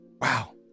Wow